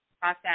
process